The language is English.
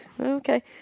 Okay